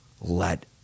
let